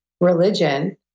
religion